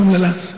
האומללה.